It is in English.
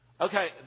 Okay